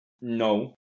No